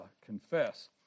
confess